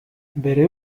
bere